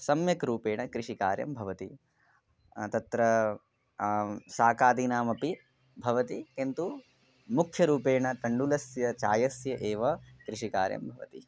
सम्यग्रूपेण कृषिकार्यं भवति तत्र शाकादीनामपि भवति किन्तु मुख्यरूपेण तण्डुलस्य चायस्य एव कृषिकार्यं भवति